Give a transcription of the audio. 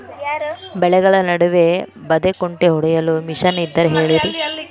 ಬೆಳೆಗಳ ನಡುವೆ ಬದೆಕುಂಟೆ ಹೊಡೆಯಲು ಮಿಷನ್ ಇದ್ದರೆ ಹೇಳಿರಿ